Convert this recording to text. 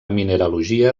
mineralogia